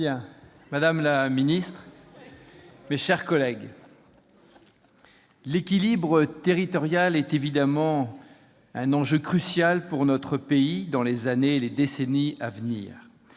madame la ministre, mes chers collègues, l'équilibre territorial sera évidemment un enjeu crucial pour notre pays dans les années et les décennies à venir.